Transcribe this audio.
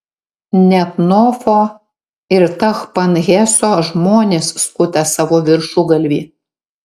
net nofo ir tachpanheso žmonės skuta savo viršugalvį